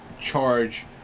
charge